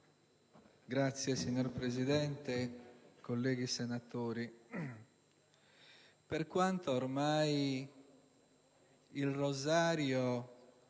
*(PD)*. Signor Presidente, colleghi senatori, per quanto ormai il rosario